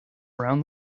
around